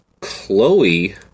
Chloe